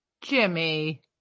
Jimmy